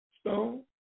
stone